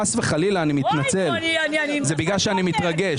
חס וחלילה, אני מתנצל, זה בגלל שאני מתרגש.